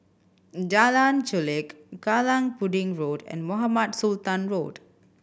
Jalan Chulek Kallang Pudding Road and Mohamed Sultan Road